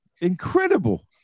Incredible